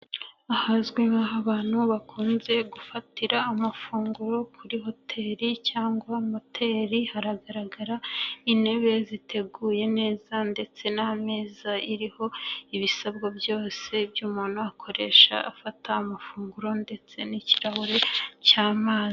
Ahazwi nk'aho abantu bakunze gufatira amafunguro kuri hoteli cyangwa moteri, haragaragara intebe ziteguye neza ndetse n'ameza iriho ibisabwa byose by'umuntu akoresha afata amafunguro ndetse n'ikirahuri cy'amazi.